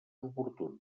oportuns